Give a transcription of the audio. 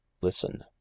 listen